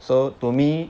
so to me